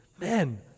Man